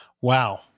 Wow